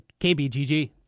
KBGG